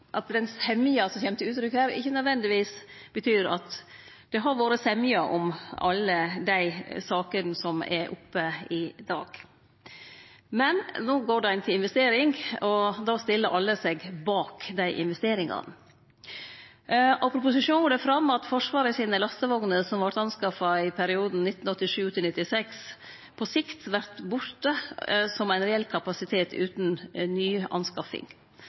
at den semja som kjem til uttrykk her, ikkje nødvendigvis betyr at det har vore semje om alle dei sakene som er oppe i dag. Men no går ein til investering, og då stiller alle seg bak dei investeringane. Av proposisjonen går det fram at Forsvarets lastevogner, som vart anskaffa i perioden 1987–1996, på sikt vert borte som ein reell kapasitet utan